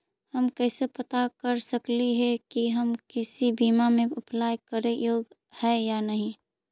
हम कैसे पता कर सकली हे की हम किसी बीमा में अप्लाई करे योग्य है या नही?